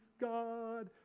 God